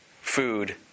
food